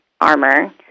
armor